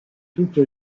toute